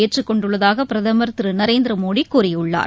ஏற்றுக்கொண்டுள்ளதாக பிரதமர் திரு நரேந்திர மோடி கூறியுள்ளார்